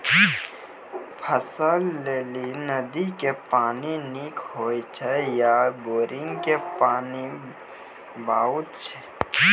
फसलक लेल नदी के पानि नीक हे छै या बोरिंग के बताऊ?